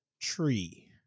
tree